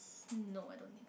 no I don't think